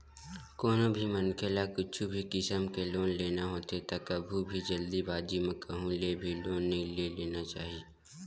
कोनो भी मनखे ल कुछु भी किसम के लोन लेना होथे त कभू भी जल्दीबाजी म कहूँ ले भी लोन नइ ले लेना चाही